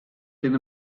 sydd